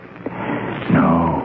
No